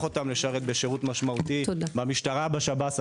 אותן לשרת בשירות משמעותי במשטרה ובשב"ס.